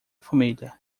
família